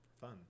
fun